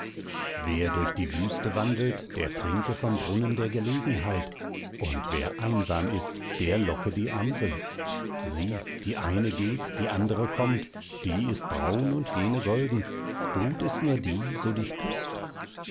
wer durch die wüste wandelt der trinke vom brunnen der gelegenheit und wer einsam ist der locke die amsel sieh die eine geht die andere kommt die ist braun und jene golden gut ist nur die so dich küßt